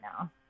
now